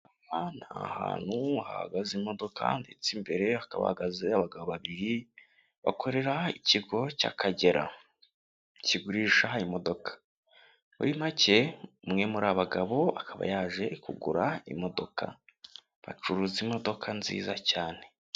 Aha ni ahantu hahagaze imodoka ndetse imbere hakaha hahagaze abagabo babiri bakorera ikigo cy'Akagera kigurisha imodoka, muri make umwe muri aba bagabo akaba yaje kugura imodoka, bacuruza imodoka nziza cyane.